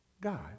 God